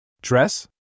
Dress